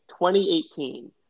2018